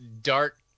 dark